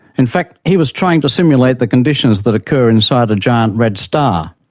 in fact, he was trying to simulate the conditions that occur inside a giant red star.